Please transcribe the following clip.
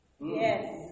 Yes